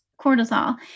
cortisol